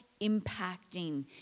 impacting